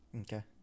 Okay